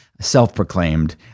self-proclaimed